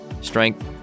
strength